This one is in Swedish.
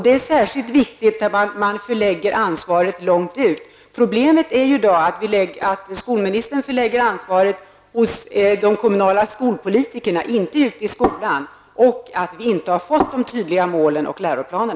Det är särskilt viktigt när man förlägger ansvaret långt ut. Problemet är i dag att skolministern förlägger ansvaret hos de kommunala skolpolitikerna, inte ute i skolorna, och att vi inte har fått tydliga mål och läroplaner.